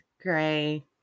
gray